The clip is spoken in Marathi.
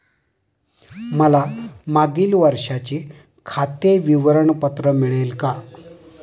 मला मागील वर्षाचे खाते विवरण पत्र मिळेल का?